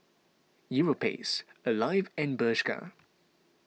Europace Alive and Bershka